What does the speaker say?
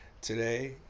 Today